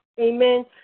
Amen